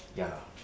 ya lor